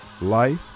life